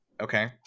Okay